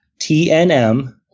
TNM